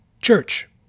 church